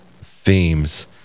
themes